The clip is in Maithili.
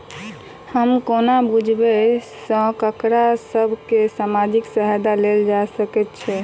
हम कोना बुझबै सँ ककरा सभ केँ सामाजिक सहायता कैल जा सकैत छै?